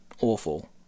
awful